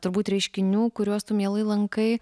turbūt reiškinių kuriuos tu mielai lankai